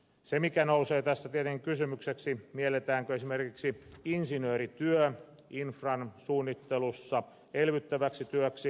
tässä tietenkin nousee kysymykseksi mielletäänkö esimerkiksi insinöörityö infran suunnittelussa elvyttäväksi työksi